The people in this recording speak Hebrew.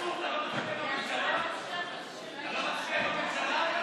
בממשלה לא נתקבלה.